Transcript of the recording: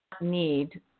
need